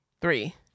Three